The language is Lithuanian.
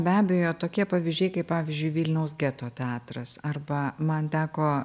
be abejo tokie pavyzdžiai kaip pavyzdžiui vilniaus geto teatras arba man teko